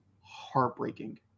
Heartbreaking